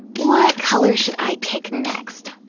what color should i pick next,